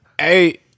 hey